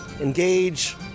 engage